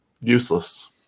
useless